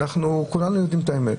וכולנו יודעים את האמת.